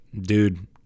dude